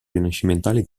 rinascimentale